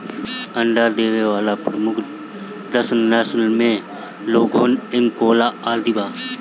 अंडा देवे वाला प्रमुख दस नस्ल में लेघोर्न, एंकोना आदि बा